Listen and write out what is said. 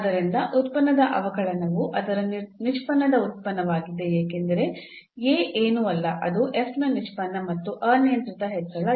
ಆದ್ದರಿಂದ ಉತ್ಪನ್ನದ ಅವಕಲನವು ಅದರ ನಿಷ್ಪನ್ನದ ಉತ್ಪನ್ನವಾಗಿದೆ ಏಕೆಂದರೆ A ಏನೂ ಅಲ್ಲ ಅದು ನ ನಿಷ್ಪನ್ನ ಮತ್ತು ಅನಿಯಂತ್ರಿತ ಹೆಚ್ಚಳ